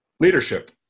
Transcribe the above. Leadership